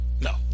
No